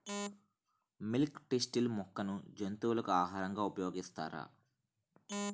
Milk thistle మొక్కను జంతువులకు ఆహారంగా ఉపయోగిస్తారా?